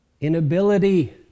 Inability